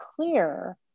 clear